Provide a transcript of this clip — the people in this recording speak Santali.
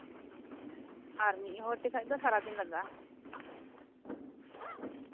ᱟᱨ ᱢᱤᱫ ᱦᱚᱲ ᱛᱮᱠᱷᱟᱡ ᱥᱟᱨᱟ ᱫᱤᱱ ᱞᱟᱜᱟᱜᱼᱟ